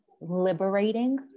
liberating